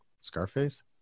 Scarface